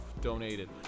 donated